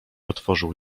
otworzył